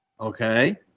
okay